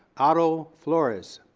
otto flores.